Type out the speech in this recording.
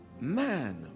man